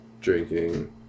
Drinking